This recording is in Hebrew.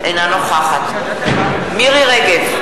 אינה נוכחת מירי רגב,